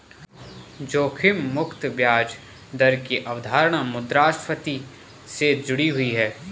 जोखिम मुक्त ब्याज दर की अवधारणा मुद्रास्फति से जुड़ी हुई है